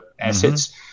assets